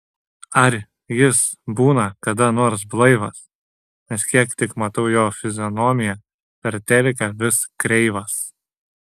ar jis būna kada nors blaivas nes kiek tik matau jo fizionomiją per teliką vis kreivas